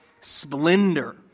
splendor